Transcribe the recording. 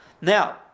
Now